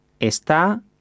está